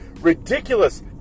ridiculous